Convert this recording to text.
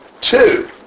Two